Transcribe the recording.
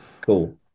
Cool